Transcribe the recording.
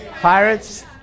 Pirates